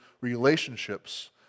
relationships